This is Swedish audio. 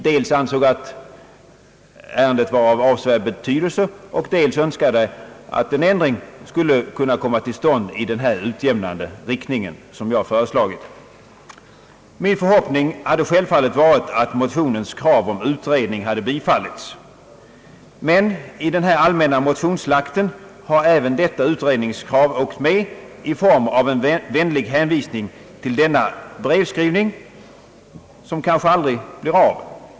Han ansåg att ärendet var av avsevärd betydelse och önskade att en ändring skulle kunna komma till stånd i den utjämnande riktning som jag föreslagit. Min förhoppning hade självfallet varit att motionens krav om utredning hade bifallits, men i den här allmänna motionsslakten har även detta utredningskrav åkt med och avfärdats med en vänlig hänvisning till denna brevskrivning, som kanske aldrig blir av.